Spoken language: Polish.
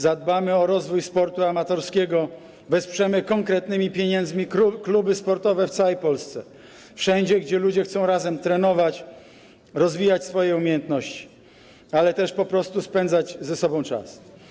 Zadbamy o rozwój sportu amatorskiego, wesprzemy konkretnymi pieniędzmi kluby sportowe w całej Polsce, wszędzie, gdzie ludzie chcą razem trenować, rozwijać swoje umiejętności, ale też po prostu spędzać ze sobą czas.